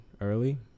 early